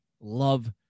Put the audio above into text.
Love